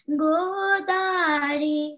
godari